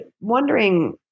wondering